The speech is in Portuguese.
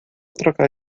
troca